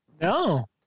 No